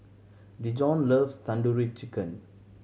Dejon loves Tandoori Chicken